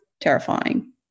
terrifying